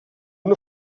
una